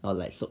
or like so